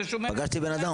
פגשתי בן אדם,